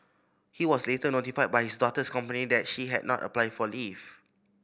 he was later notified by his daughter's company that she had not applied for leave